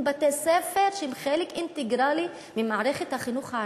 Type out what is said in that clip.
הם בתי-ספר שהם חלק אינטגרלי של מערכת החינוך הערבית,